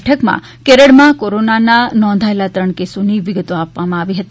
બેઠકમાં કેરળમાં કોરોનાના નોંધાયેલા ત્રણ કેસોની વિગતો આપવામાં આવી હતી